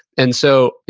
and so,